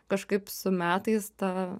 kažkaip su metais ta